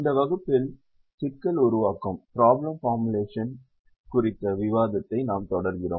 இந்த வகுப்பில் சிக்கல் உருவாக்கம் குறித்த விவாதத்தை நாம் தொடர்கிறோம்